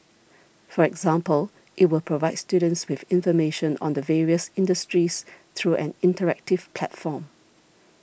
for example it will provide students with information on the various industries through an interactive platform